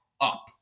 up